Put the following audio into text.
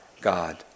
God